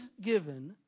given